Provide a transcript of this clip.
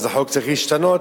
אז החוק צריך להשתנות?